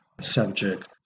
subject